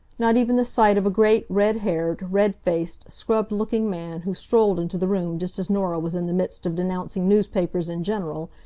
not even the sight of a great, red-haired, red-faced, scrubbed looking man who strolled into the room just as norah was in the midst of denouncing newspapers in general,